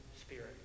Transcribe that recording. spirit